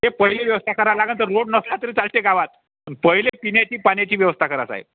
ते पहिले व्यवस्था करा लागन तर रोड नसला तरी चालते गावात पण पहिले पिण्याची पाण्याची व्यवस्था करा साहेब